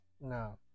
No